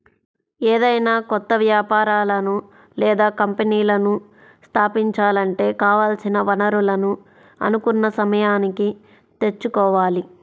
ఏదైనా కొత్త వ్యాపారాలను లేదా కంపెనీలను స్థాపించాలంటే కావాల్సిన వనరులను అనుకున్న సమయానికి తెచ్చుకోవాలి